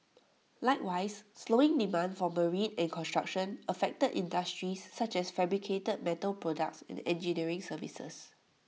likewise slowing demand for marine and construction affected industries such as fabricated metal products and engineering services